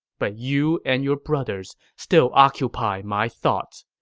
but you and your brothers still occupy my thoughts.